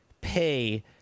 pay